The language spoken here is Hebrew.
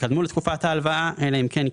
שקדמו לתקופת ההלוואה, אלא אם כן היא